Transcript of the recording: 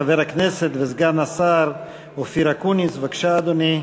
חבר הכנסת וסגן השר אופיר אקוניס, בבקשה, אדוני.